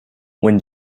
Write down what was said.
when